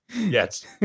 yes